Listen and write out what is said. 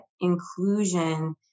inclusion